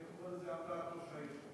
אני אומר את זה על דעת ראש העיר.